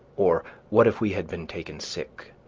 or, what if we had been taken sick?